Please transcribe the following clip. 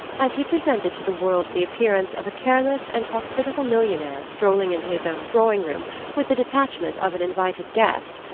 and he presented to the world the appearance of a careless and hospitable millionaire strolling into his own drawing-room with the detachment of an invited guest,